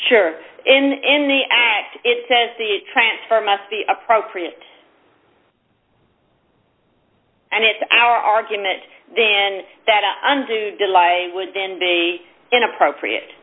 sure and in the act it says the transfer must be appropriate and it's our argument then that up under who did lie would then be inappropriate